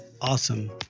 awesome